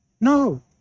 No